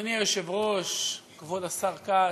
אדוני היושב-ראש, כבוד השר כץ,